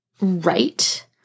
right